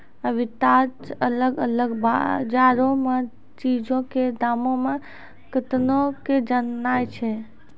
arbitrage अलग अलग बजारो मे चीजो के दामो मे अंतरो के जाननाय छै